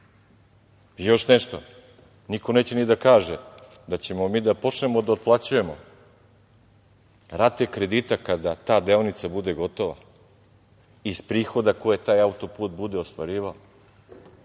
nešto, niko neće ni da kaže da ćemo mi da počnemo da otplaćujemo rate kredita kada ta deonica bude gotova iz prihoda koje taj autoput bude ostvarivao,